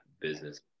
business